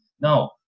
No